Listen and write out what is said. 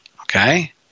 Okay